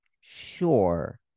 sure